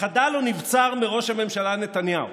"חדל או נבצר מראש הממשלה נתניהו,